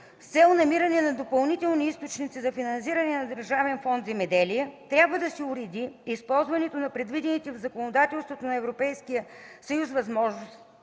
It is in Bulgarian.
С цел намиране на допълнителни източници за финансиране на Държавен фонд „Земеделие”, трябва да се уреди използването на предвидените в законодателството на ЕС възможности